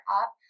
up